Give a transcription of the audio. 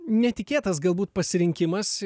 netikėtas galbūt pasirinkimas